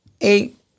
eight